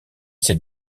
ses